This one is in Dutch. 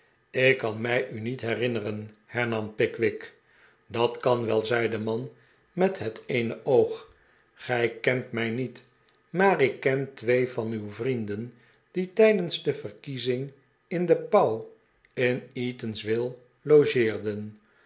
ik kan mij u niet herinneren hernam pickwick dat kan wel zei de man met het eene oog gij kent mij niet maar ik ken twee van uw vrienden die tijdens de verkiezing in de pauw in eatanswill logeerden